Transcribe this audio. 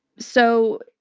so,